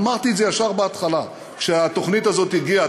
אמרתי את זה ישר בהתחלה כשהתוכנית הזאת הגיעה,